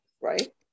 right